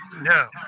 now